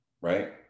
right